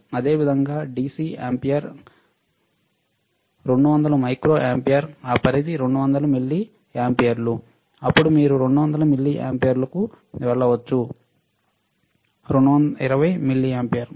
అదే విధంగా DC ampere 200 micro ampere ఆ పరిధి 2 మిల్లిఆంపియర్కు అప్పుడు మీరు 200 మిల్లిఆంపియర్కు వెళ్ళవచ్చు 20 ఆంపియర్